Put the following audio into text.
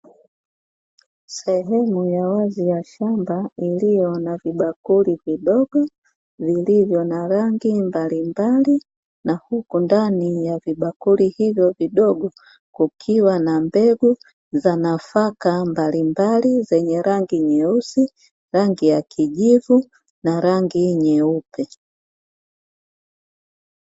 Sehemu ya wazi ya shamba iliyo na vibakuli vidogo, vilivyo na rangi mbalimbali, na huku ndani ya vibakuli hivo vidogo kukiwa na mbegu za nafaka mbalimbali, zenye: rangi nyeusi, rangi ya kijivu na rangi nyeupe.